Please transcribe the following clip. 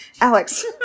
Alex